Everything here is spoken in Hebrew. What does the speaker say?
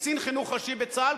קצין חינוך ראשי בצה"ל,